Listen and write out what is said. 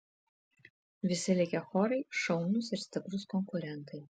visi likę chorai šaunūs ir stiprūs konkurentai